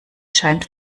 scheint